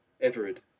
Everard